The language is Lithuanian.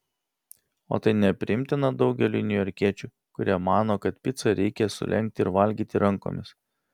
o tai nepriimtina daugeliui niujorkiečių kurie mano kad picą reikia sulenkti ir valgyti rankomis